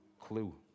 clue